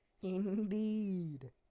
Indeed